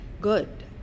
good